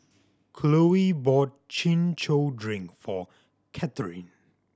Chloie bought Chin Chow drink for Kathryne